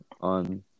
on